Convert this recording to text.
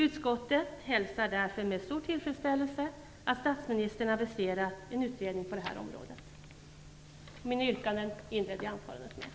Utskottet hälsar därför med stor tillfredsställelse att statsministern aviserat en utredning på detta område. Mina yrkanden redovisade jag i början av anförandet.